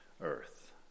earth